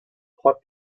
trois